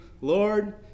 Lord